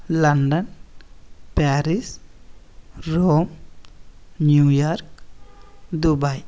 London Paris Rome New York Dubai